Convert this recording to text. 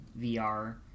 VR